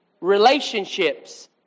Relationships